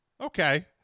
Okay